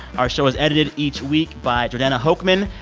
our show is edited each week by jordana hochman.